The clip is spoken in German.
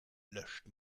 löscht